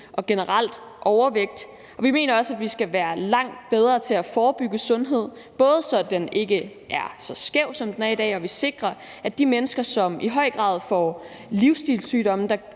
til generel overvægt, og vi mener, at man skal være langt bedre til at forebygge overvægt, både så den ikke er så socialt skæv, som den er i dag, og så vi sikrer, at de mennesker, som i høj grad får livsstilssygdomme,